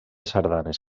sardanes